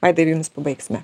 vaida ir jumis pabaigsime